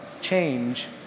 change